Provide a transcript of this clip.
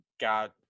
got